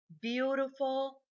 beautiful